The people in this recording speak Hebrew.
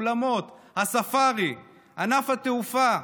אולמות, הספארי, ענף התעופה,